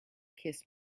kiss